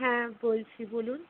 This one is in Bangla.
হ্যাঁ বলছি বলুন